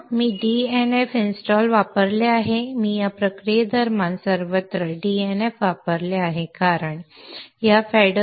मी dnf install वापरले आहे मी या प्रक्रियेदरम्यान सर्वत्र dnf वापरले आहे कारण या fedora 23